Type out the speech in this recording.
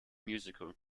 musical